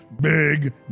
big